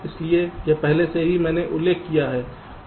इसलिए यह पहले से ही मैंने उल्लेख किया है